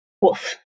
wolf